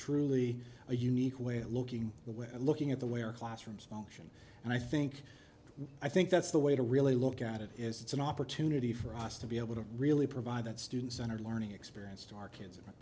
truly a unique way of looking the way of looking at the way our classrooms function and i think i think that's the way to really look at it is it's an opportunity for us to be able to really provide that students are learning experience to our kids